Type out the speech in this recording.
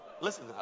Listen